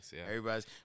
Everybody's